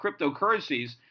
cryptocurrencies